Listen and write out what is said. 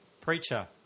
Preacher